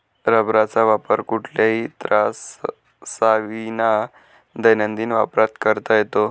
रबराचा वापर कुठल्याही त्राससाविना दैनंदिन वापरात करता येतो